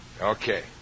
Okay